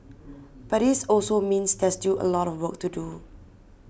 but this also means there's still a lot of work to do